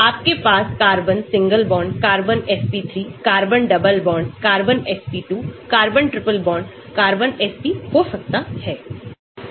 आपके पास carbon single bond carbon SP3 carbon double bond carbon SP2 carbon triple bond carbon SP हो सकता है